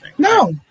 No